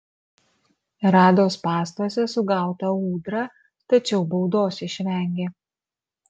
rado spąstuose sugautą ūdrą tačiau baudos išvengė